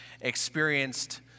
experienced